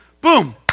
boom